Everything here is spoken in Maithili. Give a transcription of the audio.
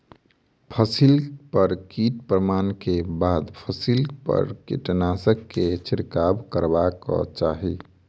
फसिल पर कीटक प्रमाण के बाद फसिल पर कीटनाशक के छिड़काव करबाक चाही